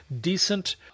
decent